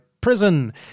Prison